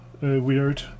weird